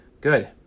Good